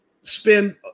spend